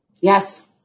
Yes